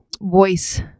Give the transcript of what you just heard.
voice